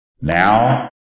Now